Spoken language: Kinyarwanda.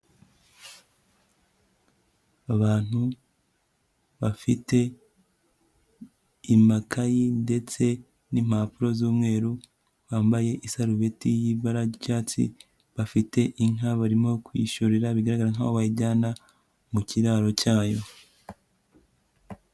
Abantu bafite imakayi ndetse n'impapuro z'umweru, bambaye isarubeti y'ibara ry'icyatsi, bafite inka barimo kuyishorera bigaragara nkaho bayijyana mu kiraro cyayo.